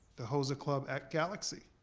the hosa club at galaxy.